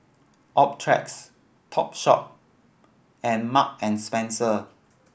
Optrex Topshop and Mark and Spencer